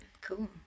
Cool